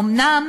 אומנם